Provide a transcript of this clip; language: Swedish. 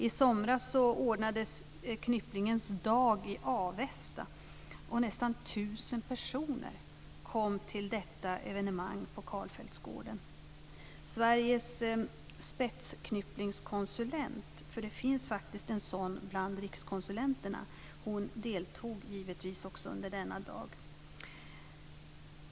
I somras ordnades Knypplingens dag i Avesta och nästan 1 000 personer kom till detta evenemang på Karlfeldtsgården. Sveriges spetsknypplingskonsulent, för det finns faktiskt en sådan bland rikskonsulenterna, deltog givetvis också under denna dag.